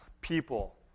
people